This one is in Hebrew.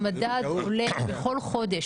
המדד עולה בכל חודש,